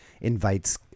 invites